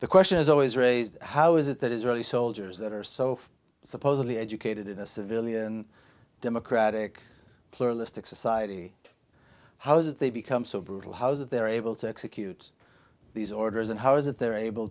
the question is always raised how is it that israeli soldiers that are so supposedly educated in a civilian democratic pluralistic society how is it they become so brutal how's that they're able to execute these orders and how is it they're able